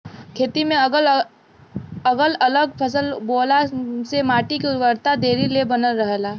खेती में अगल अलग फसल बोअला से माटी के उर्वरकता देरी ले बनल रहेला